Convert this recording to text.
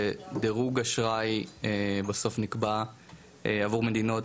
שדירוג אשראי בסוף נקבע עבור מדינות,